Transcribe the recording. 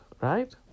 Right